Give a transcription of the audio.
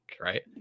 right